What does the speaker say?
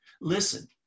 listen